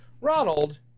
Ronald